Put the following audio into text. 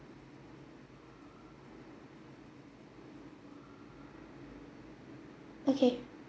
okay